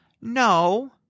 no